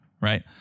right